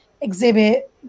Exhibit